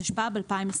התשפ"ב 2022"